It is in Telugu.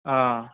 ఆ